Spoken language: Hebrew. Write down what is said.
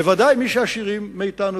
בוודאי מי שעשירים מאתנו.